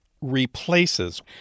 replaces